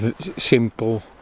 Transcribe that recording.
simple